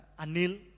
Anil